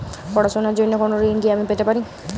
পড়াশোনা র জন্য কোনো ঋণ কি আমি পেতে পারি?